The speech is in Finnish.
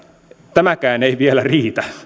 tämäkään ei vielä riitä